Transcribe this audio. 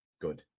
Good